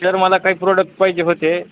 sir मला काही product पाहिजे होते